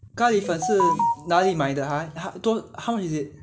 咖喱粉是哪里买 ha 多 how much is it